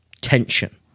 tension